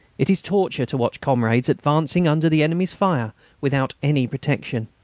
it is torture to watch comrades advancing under the enemy's fire without any protection.